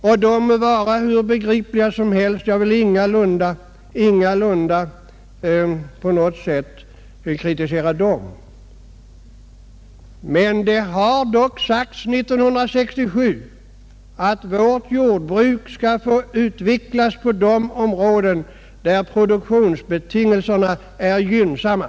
De må vara hur begripliga som helst — jag vill ingalunda på nägot sätt kritisera dem — men det har dock sagts 1967 att värt jordbruk skall få utvecklas på de områden där produktionsbetingelserna är gynnsamma.